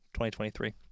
2023